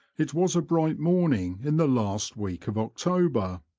it was a bright morning in the last week of october,